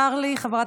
חברי